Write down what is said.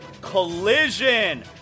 Collision